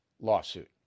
lawsuit